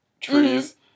trees